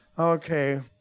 Okay